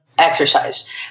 Exercise